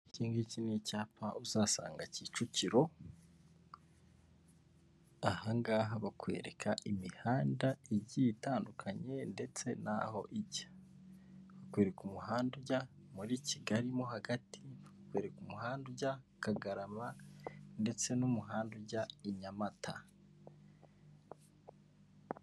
Iki ngiki ni icyapa uzasanga Kicukiro, aha ngaha bakwereka imihanda igiye itandukanye ndetse naho ijya. Bakwereka umuhanda ujya muri Kigali mo hagati, bakwereka umuhanda ujya Kagarama ndetse n'umuhanda ujya i Nyamata.